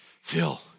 Phil